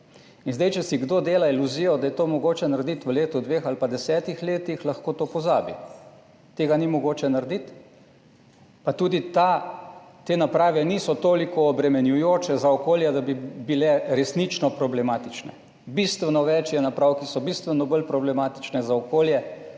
In če si kdo dela iluzijo, da je to mogoče narediti v letu, dveh ali pa 10 letih, lahko to pozabi. Tega ni mogoče narediti, pa tudi te naprave niso toliko obremenjujoče za okolje, da bi bile resnično problematične. Bistveno več je naprav, ki so bistveno bolj problematične za okolje,